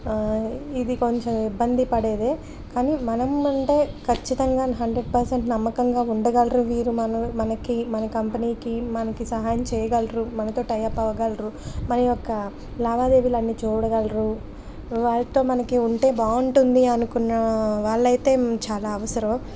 ఇది కొంచెం ఇబ్బంది పడేదే కానీ మనం అంటే ఖచ్చితంగా హండ్రెడ్ పర్సెంట్ నమ్మకంగా ఉండగలరు వీరు మన మనకి మన కంపెనీకి మనకి సహాయం చేయగలరు మనతో టైఅప్ అవగలరు మన యొక్క లావాదేవీలన్నీ చూడగలరు వాళ్ళతో మనకి ఉంటే బాగుంటుంది అనుకున్న వాళ్ళైతే చాలా అవసరం